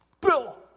Bill